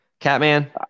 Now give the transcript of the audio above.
Catman